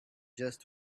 just